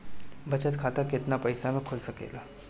बचत खाता केतना पइसा मे खुल सकेला?